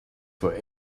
for